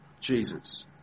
Jesus